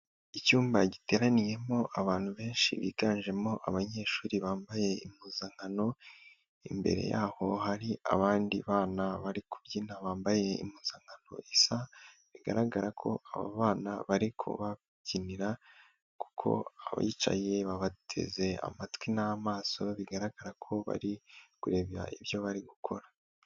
Icyumba giteraniyemo abantu benshi biganjemo abanyeshuri bambaye impuzankano, imbere yaho hari abandi bana bari kubyina bambaye impuzankano isa bigaragara ko aba bana bari kubabyinira kuko abayicaye babateze amatwi n'amaso bigaragara ko bari kureba ibyo bari gukora.